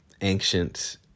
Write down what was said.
ancient